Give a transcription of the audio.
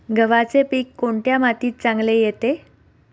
गव्हाचे पीक कोणत्या मातीत चांगले येते?